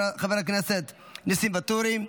חבר הכנסת נסים ואטורי,